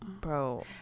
Bro